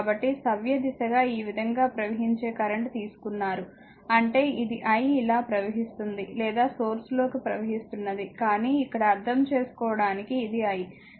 కాబట్టి సవ్యదిశ గా ఈ విధంగా ప్రవహించే కరెంట్ తీసుకున్నారు అంటే ఇది i ఇలా ప్రవహిస్తుంది లేదా సోర్స్ లోకి ప్రవహిస్తున్నది కానీ ఇక్కడ అర్ధం చేసుకోవటానికి ఇది i